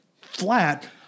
flat